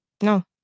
No